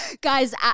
Guys